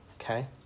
okay